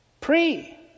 pray